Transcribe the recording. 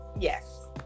yes